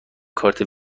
کارت